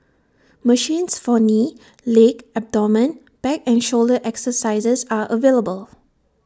machines for knee leg abdomen back and shoulder exercises are available